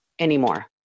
anymore